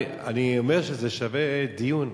אני אומר שזה שווה דיון.